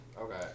Okay